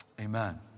amen